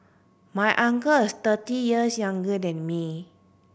my uncle is thirty years younger than me